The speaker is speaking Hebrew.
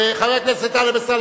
חבר הכנסת טלב אלסאנע,